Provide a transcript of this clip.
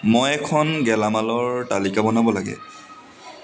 মই এখন গেলামালৰ তালিকা বনাব লাগে